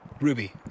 Ruby